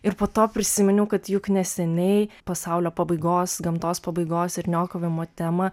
ir po to prisiminiau kad juk neseniai pasaulio pabaigos gamtos pabaigos ir niokojimo temą